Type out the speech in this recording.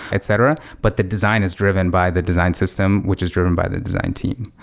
etc, but the design is driven by the design system, which is driven by the design team.